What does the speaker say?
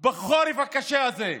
בחורף הקשה הזה,